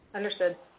understood.